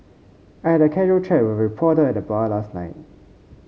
I had a casual chat with a reporter at the bar last night